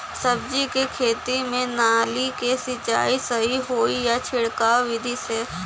सब्जी के खेती में नाली से सिचाई सही होई या छिड़काव बिधि से?